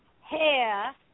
hair